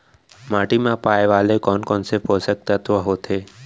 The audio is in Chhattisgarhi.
माटी मा पाए वाले कोन कोन से पोसक तत्व होथे?